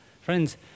Friends